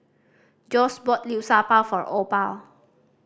Josh brought Liu Sha Bao for Opal